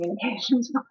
communications